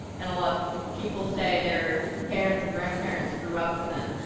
and a lot of people today, their parents and grandparents grew up within.